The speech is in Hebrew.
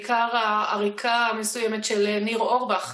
עכשיו אני אקריא לך עוד כמה מילים רק בשביל הפרוטוקול.